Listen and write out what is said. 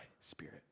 spirit